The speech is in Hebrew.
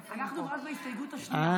אנחנו רק בהסתייגות השנייה,